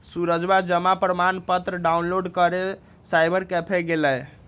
सूरजवा जमा प्रमाण पत्र डाउनलोड करे साइबर कैफे गैलय